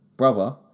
Brother